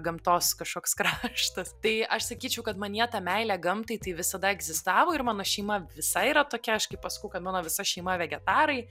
gamtos kažkoks kraštas tai aš sakyčiau kad manyje ta meilė gamtai tai visada egzistavo ir mano šeima visa yra tokia aš kai pasakau kad mano visa šeima vegetarai